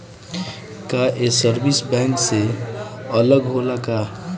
का ये service bank से अलग होला का?